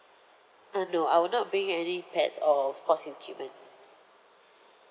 uh no I will not bring any pets or sports equipment